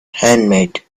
handmade